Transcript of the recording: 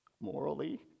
Morally